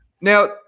Now